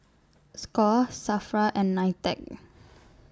SCORE SAFRA and NITEC